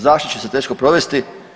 Zašto će se teško provesti?